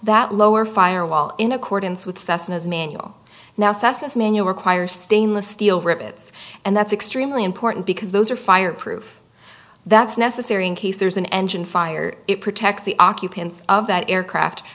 that lower fire wall in accordance with cessna's manual now cessna's manual require stainless steel rivets and that's extremely important because those are fireproof that's necessary in case there's an engine fire it protects the occupants of that aircraft